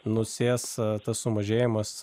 nusės tas sumažėjimas